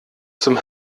zum